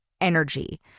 energy